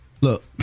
Look